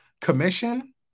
commission